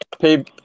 pay